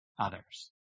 Others